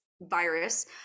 virus